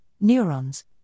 neurons